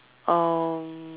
um